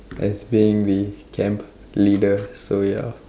as being the camp leader so ya